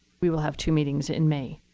we will have two meetings in may.